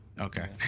okay